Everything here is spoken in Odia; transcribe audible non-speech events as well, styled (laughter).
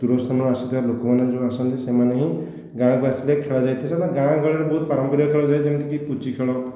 ଦୂର ସ୍ଥାନରୁ ଆସୁଥିବା ଲୋକମାନେ ଯେଉଁ ଆସନ୍ତି ସେମାନେ ହିଁ ଗାଁକୁ ଆସିଲେ ଖେଳାଯାଇଥାଏ (unintelligible) ଗାଁ ଗହଳିରେ ବହୁତ ପାରମ୍ପରିକ ଖେଳାଯାଏ ଯେମିତିକି ପୁଚି ଖେଳ